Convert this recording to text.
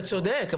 אתה צודק,